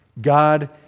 God